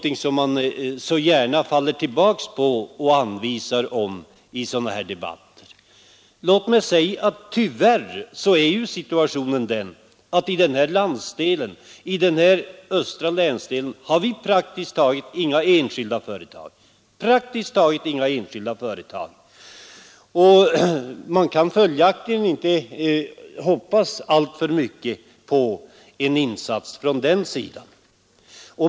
Den faller man ju så gärna tillbaka på och hänvisar till i sådana här debatter. Tyvärr är situationen den i östra Norrbotten att det praktiskt taget inte finns några enskilda företag där. Man kan följaktligen inte hoppas alltför mycket på en insats från den sidan.